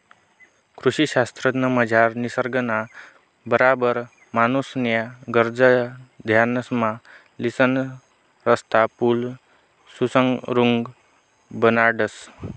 कृषी शास्त्रमझार निसर्गना बराबर माणूसन्या गरजा ध्यानमा लिसन रस्ता, पुल, सुरुंग बनाडतंस